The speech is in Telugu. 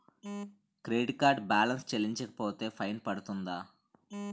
క్రెడిట్ కార్డ్ బాలన్స్ చెల్లించకపోతే ఫైన్ పడ్తుంద?